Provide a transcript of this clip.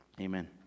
amen